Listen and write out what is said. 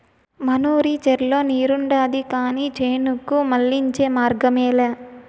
మనూరి చెర్లో నీరుండాది కానీ చేనుకు మళ్ళించే మార్గమేలే